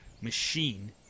machine